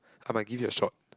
I might give it a shot